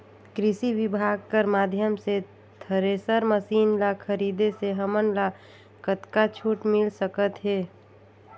कृषि विभाग कर माध्यम से थरेसर मशीन ला खरीदे से हमन ला कतका छूट मिल सकत हे?